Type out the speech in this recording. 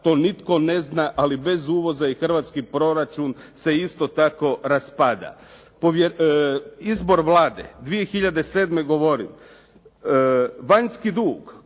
To nitko ne zna, ali bez uvoza i hrvatski proračun se isto tako raspada. Izbor Vlade 2007. govori. Vanjski dug